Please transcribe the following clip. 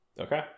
okay